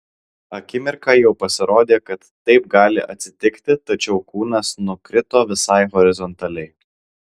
akimirką jau pasirodė kad taip gali atsitikti tačiau kūnas nukrito visai horizontaliai